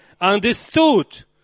understood